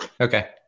Okay